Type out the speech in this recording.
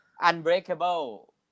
unbreakable